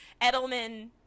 Edelman